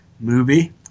movie